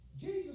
Jesus